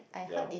ya